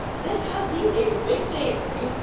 this has been a big day for me!